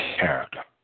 character